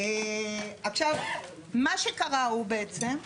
עכשיו מה שקרה הוא בעצם,